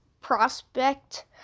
prospect